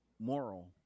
moral